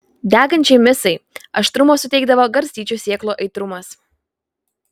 degančiai misai aštrumo suteikdavo garstyčių sėklų aitrumas